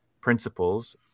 principles